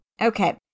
Okay